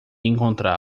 encontrá